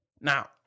Now